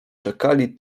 czekali